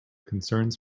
concerns